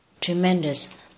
tremendous